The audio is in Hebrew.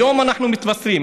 היום אנחנו מתבשרים